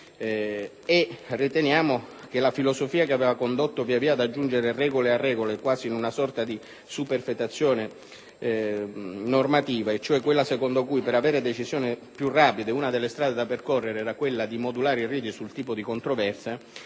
e riteniamo che la filosofia che aveva condotto via via ad aggiungere regole a regole, quasi in una sorta di superfetazione normativa, quella cioè secondo cui per avere decisioni più rapide una delle strade da percorrere fosse quella di modulare il rito sul tipo di controversie,